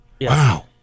Wow